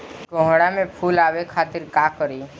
कोहड़ा में फुल आवे खातिर का करी?